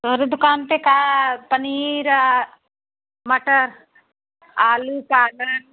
और दुकान पर का पनीर मटर आलू चावल